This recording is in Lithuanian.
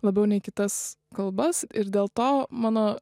labiau nei kitas kalbas ir dėl to mano